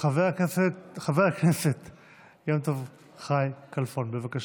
חבר הכנסת יום טוב חי כלפון, בבקשה,